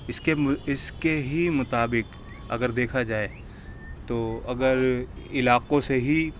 اِس کے اِس کے ہی مطابق اگر دیکھا جائے تو اگر علاقوں سے ہی